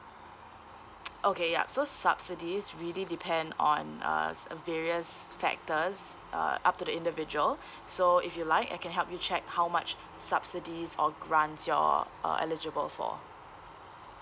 okay yup so subsidies really depend on uh various factors uh up to the individual so if you'd like I can help you check how much subsidies or grants you're uh eligible for